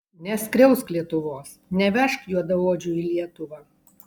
neskriausk lietuvos nevežk juodaodžių į lietuvą